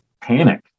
panic